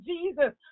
Jesus